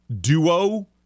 duo